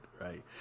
right